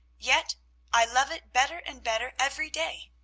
yet i love it better and better every day.